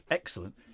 excellent